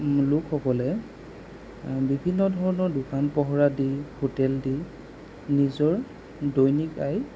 লোকসকলে বিভিন্ন ধৰণৰ দোকান পহৰা দি হোটেল দি নিজৰ দৈনিক আয়